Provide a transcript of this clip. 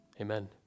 Amen